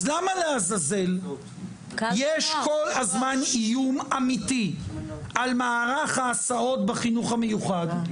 אז למה לעזאזל יש כל הזמן איום אמיתי על מערך ההסעות בחינוך המיוחד?